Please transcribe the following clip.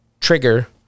trigger